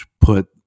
put